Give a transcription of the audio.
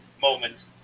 moment